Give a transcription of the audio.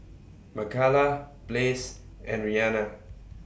Makala Blaze and Rhianna